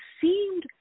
seemed